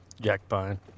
Jackpine